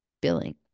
Billing